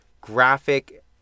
graphic